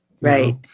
Right